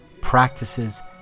practices